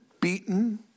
beaten